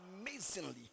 amazingly